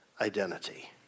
identity